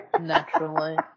Naturally